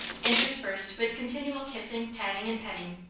interspersed with continual kissing, patting, and petting,